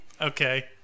Okay